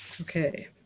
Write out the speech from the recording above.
Okay